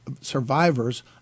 survivors